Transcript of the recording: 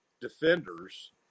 defenders